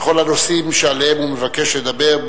בכל הנושאים שעליהם הוא מבקש לדבר,